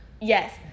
Yes